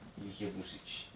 when you hear blue switch